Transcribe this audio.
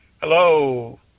Hello